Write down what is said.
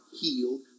healed